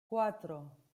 cuatro